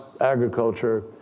agriculture